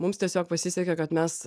mums tiesiog pasisekė kad mes